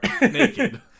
naked